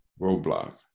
roadblock